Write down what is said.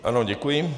Ano, děkuji.